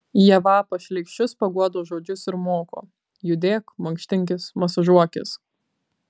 jie vapa šleikščius paguodos žodžius ir moko judėk mankštinkis masažuokis